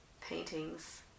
paintings